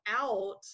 out